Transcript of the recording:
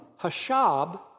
Hashab